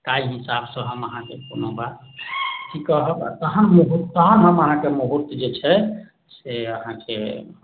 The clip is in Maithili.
ताहि हिसाब से हम अहाँके कोनो अथि बात कहब आ तहन जे अहाँ जे तखन हम अहाँके मुहूर्त जे छै से अहाँके हम कहब